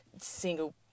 single